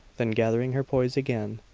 then gathering her poise again,